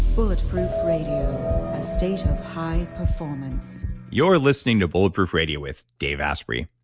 bulletproof radio, a state of high performance you're listening to bulletproof radio with dave asprey